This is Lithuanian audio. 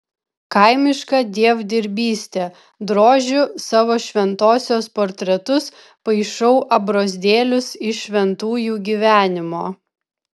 kaimiška dievdirbystė drožiu savo šventosios portretus paišau abrozdėlius iš šventųjų gyvenimo